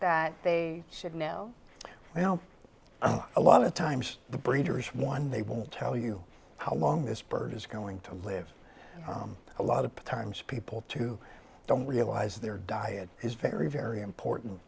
that they should know well a lot of times the breeders one they will tell you how long this bird is going to live a lot of times people too don't realize their diet is very very important